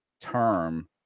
term